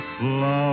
Love